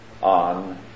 on